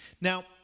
Now